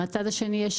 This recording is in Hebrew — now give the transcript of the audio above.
מהצד השני,